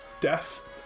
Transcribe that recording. Death